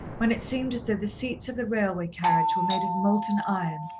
when it seemed as though the seats of the railway carriage were made of molten iron,